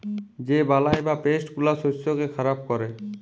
যে বালাই বা পেস্ট গুলা শস্যকে খারাপ ক্যরে